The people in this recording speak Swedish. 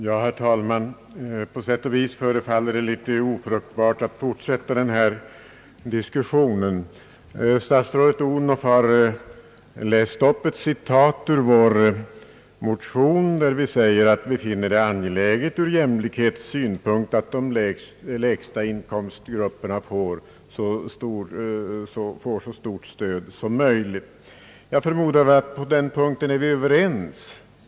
Herr talman! På sätt och vis förefaller det ofruktbart att fortsätta denna diskussion. Statsrådet Odhnoff har läst upp ett citat ur vår motion där vi säger att vi finner det angeläget ur jämlikhetssynpunkt att de lägsta inkomstgrupperna får ett så stort stöd som möjligt. Jag förmodar att vi på denna punkt är överens.